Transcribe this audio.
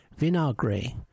Vinagre